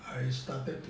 I started